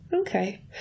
Okay